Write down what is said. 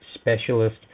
specialist